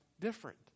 different